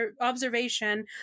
observation